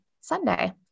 Sunday